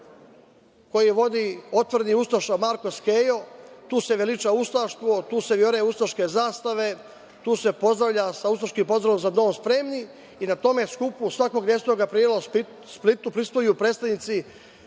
koji vodi ustaša Marko Skejo. Tu se veliča ustaštvo, tu se viore ustaške zastave, tu se pozdravlja sa ustaškim pozdravom – za dom spremni i na tom skupu svakog 10. aprila u Splitu prisustvuju predstavnici